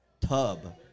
tub